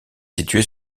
situé